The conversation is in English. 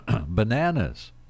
Bananas